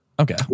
Okay